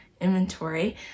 inventory